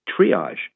triage